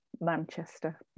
Manchester